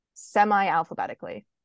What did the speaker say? semi-alphabetically